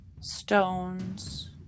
stones